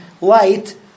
light